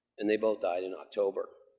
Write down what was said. and they both died in october.